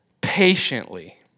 patiently